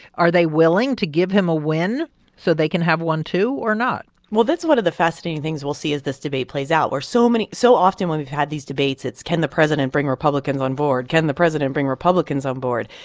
are they willing to give him a win so they can have one, too, or not? well, that's one of the fascinating things we'll see as this debate plays out, where so many so often when we've had these debates, it's can the president bring republicans on board? can the president bring republicans on board?